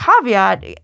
caveat